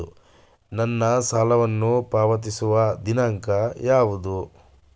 ನನ್ನ ಸಾಲವನ್ನು ಪಾವತಿಸುವ ದಿನಾಂಕ ಯಾವುದು?